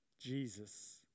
Jesus